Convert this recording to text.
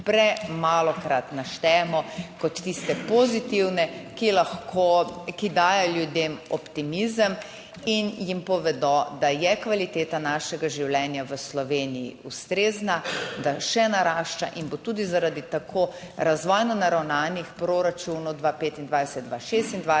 premalokrat naštejemo kot tiste pozitivne, ki lahko, ki dajejo ljudem optimizem in jim povedo, da je kvaliteta našega življenja v Sloveniji ustrezna, da še narašča in bo tudi zaradi tako razvojno naravnanih proračunov 2025, 2026